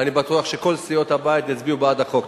ואני בטוח שכל סיעות הבית יצביעו בעד החוק.